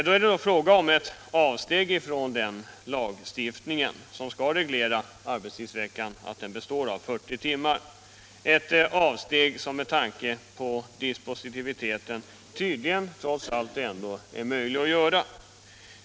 Det är därför fråga om ett avsteg från dispositiviteten i den lagstiftning som skall reglera arbetstiden, så att arbetsveckan består av 40 timmar — ett avsteg som det tydligen trots allt är möjligt att göra.